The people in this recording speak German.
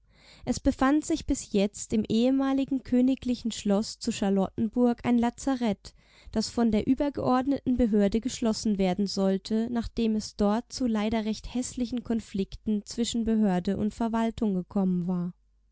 es befand sich bis jetzt im ehemaligen königlichen schloß zu charlottenburg ein lazarett das von der übergeordneten behörde geschlossen werden sollte nachdem es dort zu leider recht häßlichen konflikten zwischen behörde und verwaltung gekommen war